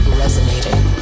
resonating